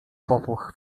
popłoch